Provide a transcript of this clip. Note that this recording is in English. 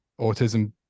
autism